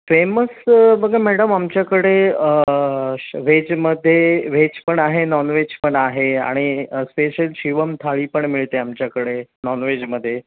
famous बघा madam आमच्याकडे श व्हेजमध्ये व्हेज पण आहे नॉन व्हेज पण आहे आणि स्पेशल शिवम थाळी पण मिळते आमच्याकडे नॉन व्हेजमध्ये